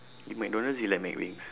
in mcdonald's you like mcwings